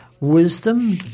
wisdom